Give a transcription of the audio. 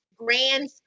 grand